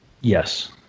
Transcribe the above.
Yes